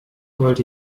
wollte